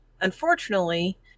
unfortunately